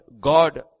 God